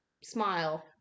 smile